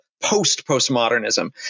post-postmodernism